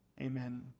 Amen